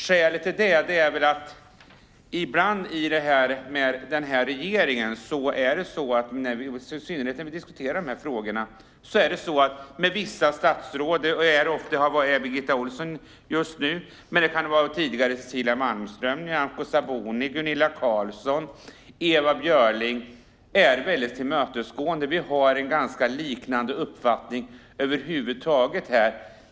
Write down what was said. Skälet är att när vi diskuterar med regeringen - i synnerhet när vi diskuterar de här frågorna - är vissa statsråd, till exempel Birgitta Ohlsson just nu men även tidigare Cecilia Malmström, Nyamko Sabuni, Gunilla Carlsson och Ewa Björling, väldigt tillmötesgående. Vi har en liknande uppfattning här.